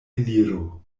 eliro